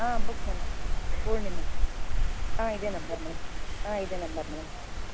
ಹಾಂ ಬುಕ್ ಮಾಡಿ ಪೂರ್ಣಿಮಾ ಹಾಂ ಇದೇ ನಂಬರ್ ಮೇಡಮ್ ಹಾಂ ಇದೇ ನಂಬರ್ ಮೇಡಮ್